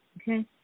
Okay